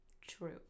True